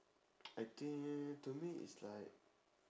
I think to me is like